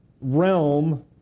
realm